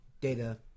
data